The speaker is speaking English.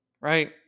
right